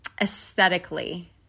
aesthetically